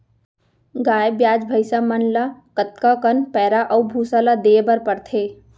गाय ब्याज भैसा मन ल कतका कन पैरा अऊ भूसा ल देये बर पढ़थे?